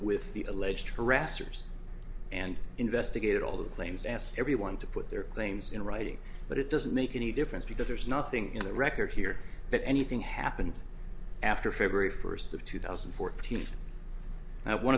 with the alleged harassers and investigated all the claims asked everyone to put their claims in writing but it doesn't make any difference because there's nothing in the record here that anything happened after february first of two thousand and fourteen and one